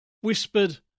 whispered